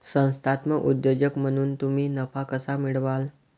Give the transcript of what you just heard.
संस्थात्मक उद्योजक म्हणून तुम्ही नफा कसा मिळवाल?